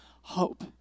hope